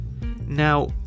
Now